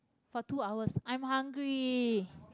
for two hours i'm hungry